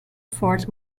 fort